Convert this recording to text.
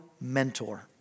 mentor